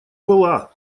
была